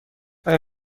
آیا